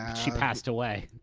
she passed away,